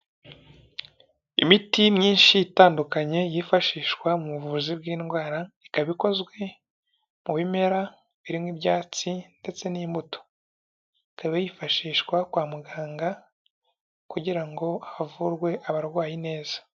Imiti myinshi itandukanye yifashishwa mu buvuzi bw'indwara, ikaba ikozwe mu bimera birimo ibyatsi ndetse n'imbuto, ikaba yifashishwa kwa muganga kugira ngo havurwe abarwayi neza.